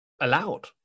allowed